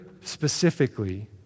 specifically